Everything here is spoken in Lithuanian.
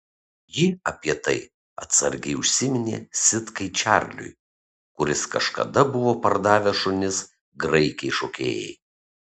ji apie tai atsargiai užsiminė sitkai čarliui kuris kažkada buvo pardavęs šunis graikei šokėjai